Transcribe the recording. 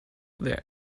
their